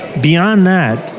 beyond that,